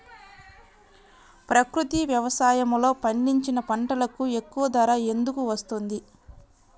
ప్రకృతి వ్యవసాయములో పండించిన పంటలకు ఎక్కువ ధర ఎందుకు వస్తుంది?